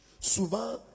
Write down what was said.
Souvent